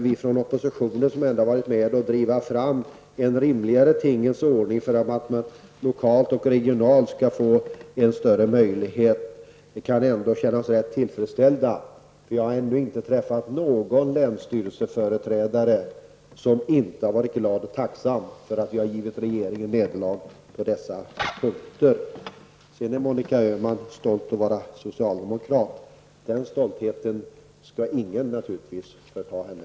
Vi från oppositionen, som har varit med om att driva fram en rimligare tingens ordning för att ge bättre möjligheter lokalt och regionalt, kan ändå känna oss rätt tillfredsställda. Jag har ännu inte träffat någon länsstyrelseföreträdare som inte har varit glad och tacksam för att vi har givit regeringen nederlag på dessa punkter. Sedan är Monika Öhman stolt över att vara socialdemokrat. Den stoltheten skall naturligtvis ingen förta henne.